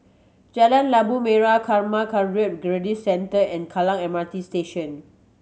Jalan Labu Merah Karma Kagyud Buddhist Centre and Kallang M R T Station